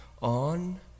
on